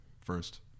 first